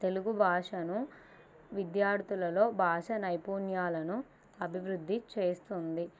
తెలుగు భాషను విద్యార్థులలో భాషా నైపుణ్యాలను అభివృద్ధి చేస్తుంది